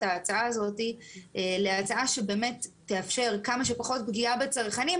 ההצעה הזאת להצעה שתאפשר כמה שפחות פגיעה בצרכנים,